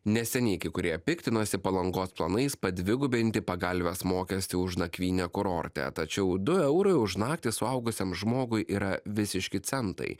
neseniai kai kurie piktinosi palangos planais padvigubinti pagalvės mokestį už nakvynę kurorte tačiau du eurai už naktį suaugusiam žmogui yra visiški centai